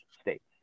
states